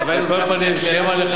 כשיהיה מה לחדש,